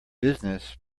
business